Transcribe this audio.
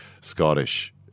Scottish